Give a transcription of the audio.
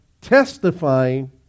testifying